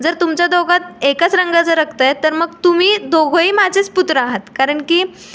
जर तुमच्या दोघात एकाच रंगाचं रक्त आहे तर मग तुम्ही दोघंही माझेच पुत्र आहात कारण की